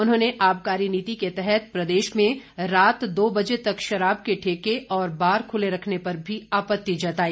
उन्होंने आबकारी नीति के तहत प्रदेश में रात दो बजे तक शराब के ठेके और बार खुले रखने पर भी आपत्ति जताई